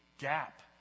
gap